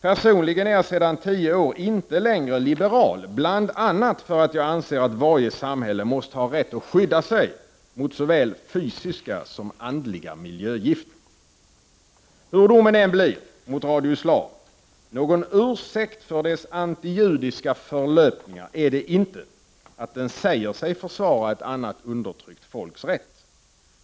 Personligen är jag sedan tio år tillbaka inte längre liberal, bl.a. för att jag anser att varje samhälle måste ha rätt att skydda sig mot såväl fysiska som andliga miljögifter. Hur domen än blir mot Radio Islam, någon ursäkt för dess antijudiska förlöpningar är det inte när den säger sig försvara ett annat undertryckt folks rätt.